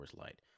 Light